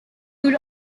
would